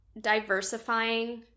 diversifying